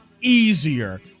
easier